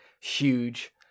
huge